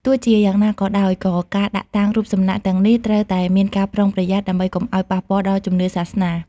ទោះជាយ៉ាងណាក៏ដោយ ក៏ការដាក់តាំងរូបសំណាកទាំងនេះត្រូវតែមានការប្រុងប្រយ័ត្នដើម្បីកុំឱ្យប៉ះពាល់ដល់ជំនឿសាសនា។